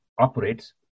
operates